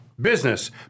business